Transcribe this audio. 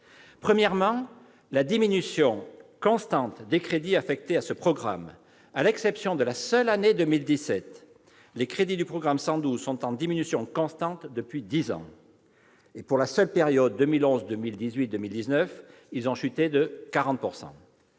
Premièrement, on constate la diminution constante des crédits affectés à ce programme : à l'exception de la seule année 2017, les crédits du programme 112 sont en diminution constante depuis dix ans ; pour la seule période 2011-2019, ils ont chuté de 40 %.